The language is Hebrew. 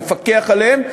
ולפקח עליהן,